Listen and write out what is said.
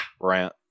Brant